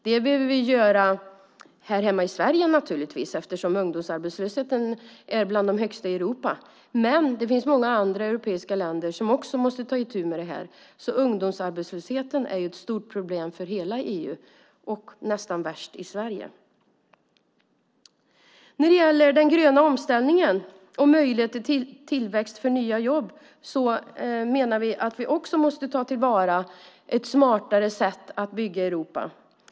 Det behöver vi göra här hemma i Sverige eftersom ungdomsarbetslösheten är en av de högsta i Europa, men många andra europeiska länder måste också ta itu med det. Ungdomsarbetslösheten är ett stort problem för hela EU, men i Sverige är det nästan värst. När det gäller den gröna omställningen och möjligheten till tillväxt för nya jobb menar vi att vi också måste tillvarata ett smartare sätt att bygga Europa.